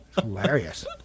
Hilarious